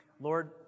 Lord